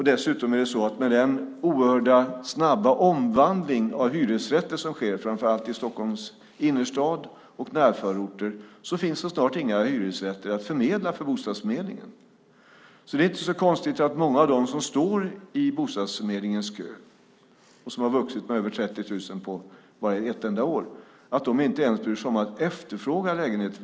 Dessutom är det så att med den oerhört snabba omvandling av hyresrätter som sker, framför allt i Stockholms innerstad och närförorter, finns det snart inga hyresrätter att förmedla för bostadsförmedlingen. Det är inte så konstigt att många av dem som står i bostadsförmedlingens kö, som har vuxit med över 30 000 på ett enda år, inte ens bryr sig om att efterfråga lägenheter.